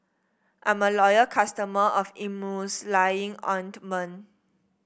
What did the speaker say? I'm a loyal customer of ointment